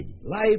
Life